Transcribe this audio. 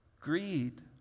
Greed